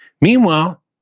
Meanwhile